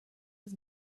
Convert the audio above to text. was